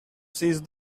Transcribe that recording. seized